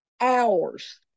hours